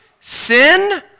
sin